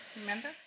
Remember